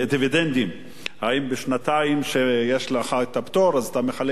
אם בשנתיים שיש לך הפטור אתה מחלק את הדיבידנדים,